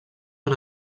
una